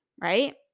right